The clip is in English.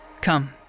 Come